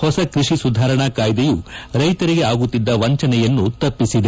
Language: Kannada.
ಹೊಸ ಕೃಷಿ ಸುಧಾರಣಾ ಕಾಯ್ದೆಯು ರೈತರಿಗೆ ಆಗುತ್ತಿದ್ದ ವಂಚನೆಯನ್ನು ತಪ್ಪಿಸಿದೆ